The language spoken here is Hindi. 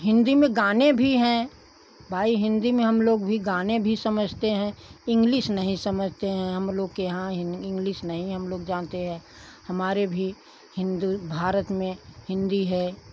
हिन्दी में गाने भी हैं भाई हिन्दी में हम लोग भी गाने भी समझते हैं इंग्लिश समझते हैं हम लोग के यहाँ हिन इंग्लिश नहीं हम लोग जानते हैं हमारे भी हिन्दू भारत में हिन्दी है